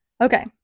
Okay